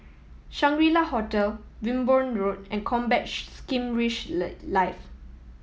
Shangri La Hotel Wimborne Road and Combat Skirmish Lay Live